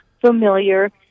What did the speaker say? familiar